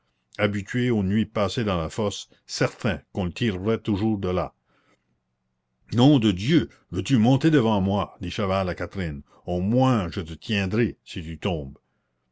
habitué aux nuits passées dans la fosse certain qu'on le tirerait toujours de là nom de dieu veux-tu monter devant moi dit chaval à catherine au moins je te tiendrai si tu tombes